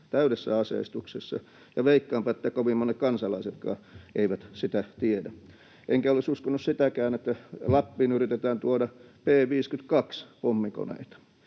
täydessä aseistuksessa — ja veikkaanpa, että kovin monet kansalaisetkaan eivät sitä tiedä. Enkä olisi uskonut sitäkään, että Lappiin yritetään tuoda B-52-pommikoneita.